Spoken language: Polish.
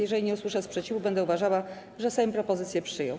Jeżeli nie usłyszę sprzeciwu, będę uważała, że Sejm propozycję przyjął.